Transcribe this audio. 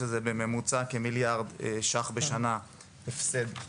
שזה בממוצע הפסד של כמיליארד ש"ח בשנה לצרכנים.